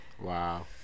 Wow